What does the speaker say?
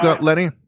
Lenny